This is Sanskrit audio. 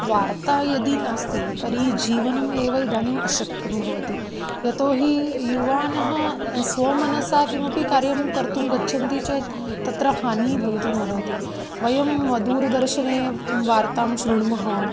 वार्ता यदि नास्ति तर्हि जीवनमेव इदानीम् अशक्यं भवति यतोहि युवानः स्वमनसा किमपि कार्यं कर्तुं गच्छन्ति चेत् तत्र हानि भवितुम् अर्हति वयं म दूरदर्शने वार्तां शृणुमः